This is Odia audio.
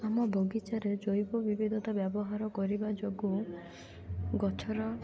ଆମ ବଗିଚାରେ ଜୈବ ବିବିଧତା ବ୍ୟବହାର କରିବା ଯୋଗୁଁ ଗଛର